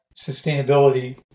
sustainability